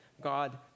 God